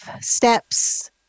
steps